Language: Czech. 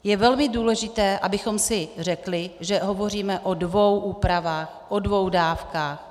Je velmi důležité, abychom si řekli, že hovoříme o dvou úpravách, o dvou dávkách.